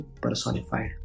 personified